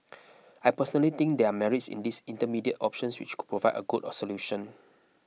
I personally think there are merits in these intermediate options which could provide a good a solution